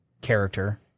character